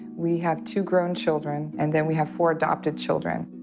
we have two grown children and then we have four adopted children.